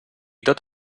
tot